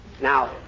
Now